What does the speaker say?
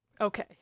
Okay